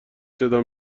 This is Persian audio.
صدا